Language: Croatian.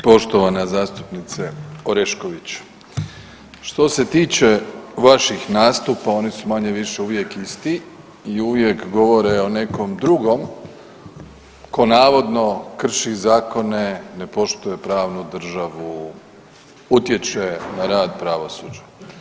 Poštovana zastupnice Orešković što se tiče vaših nastupa oni su manje-više uvijek isti i uvijek govore o nekom drugom tko navodno krši zakone, ne poštuje pravnu državu, utječe na rad pravosuđa.